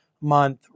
month